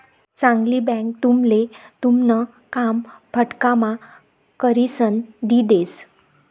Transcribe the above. चांगली बँक तुमले तुमन काम फटकाम्हा करिसन दी देस